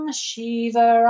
shiva